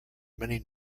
many